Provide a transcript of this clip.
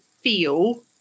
feel